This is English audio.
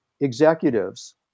executives